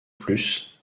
plus